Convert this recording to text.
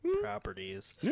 properties